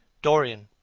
dorian,